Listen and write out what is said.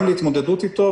גם להתמודדות איתו,